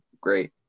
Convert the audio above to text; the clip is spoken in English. great